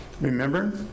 Remember